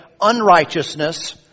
unrighteousness